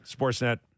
Sportsnet